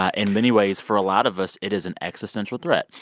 ah in many ways, for a lot of us, it is an existential threat.